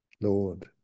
Lord